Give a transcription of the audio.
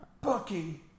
Bucky